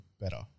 better